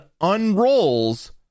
unrolls